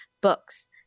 Books